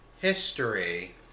history